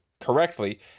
correctly